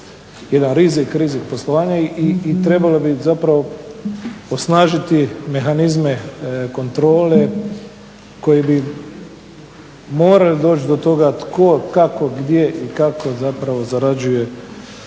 jedan rizik, rizik poslovanja i trebalo bi osnažiti mehanizme kontrole koji bi morali doći do toga tko kako gdje i kako zarađuje